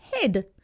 head